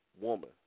woman